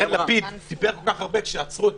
יאיר לפיד סיפר כל כך הרבה כשעצרו את